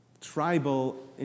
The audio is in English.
tribal